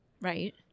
right